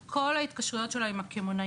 את כל ההתקשרויות שלהם עם הקמעונאים.